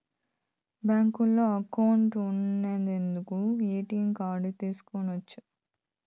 బ్యాంకులో అకౌంట్ ఉన్నోలందరు ATM card తీసుకొనచ్చు